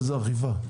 איזו אכיפה?